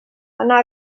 anar